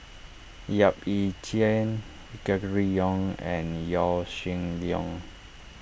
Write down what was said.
Yap Ee Chian Gregory Yong and Yaw Shin Leong